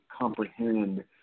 comprehend